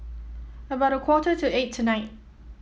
about a quarter to eight tonight